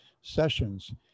sessions